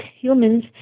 humans